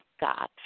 God